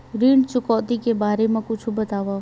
ऋण चुकौती के बारे मा कुछु बतावव?